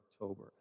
october